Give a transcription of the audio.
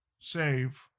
Save